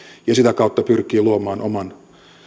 ja sitä kautta pyrkii luomaan oman